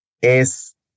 es